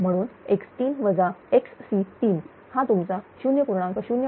म्हणून x3 xc3 हा तुमचा 0